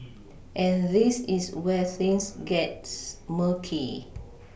and this is where things gets murky